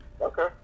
okay